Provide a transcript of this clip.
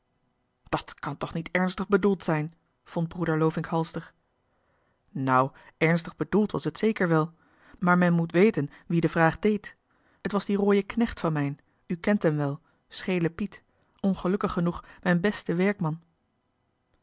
dat kan toch niet ernstig bedoeld zijn vond broeder lovink halster nou ernstig bedoeld was het zeker wel maar men moet weten wie de vraag deed het was die rooje knecht van mijn u kent hem wel schele piet ongelukkig genoeg mijn beste werkman